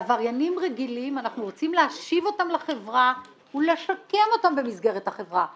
עבריינים רגילים אנחנו רוצים להשיב לחברה ולשקם אותם במסגרת החברה.